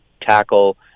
tackle